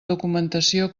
documentació